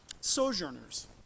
sojourners